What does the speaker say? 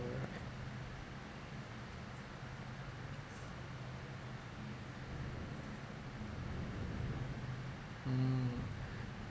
mm mm